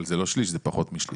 אבל זה לא שליש, זה פחות משליש.